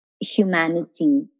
humanity